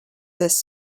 this